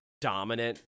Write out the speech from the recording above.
dominant